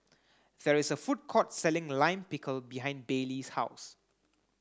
there is a food court selling Lime Pickle behind Bailey's house